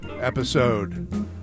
episode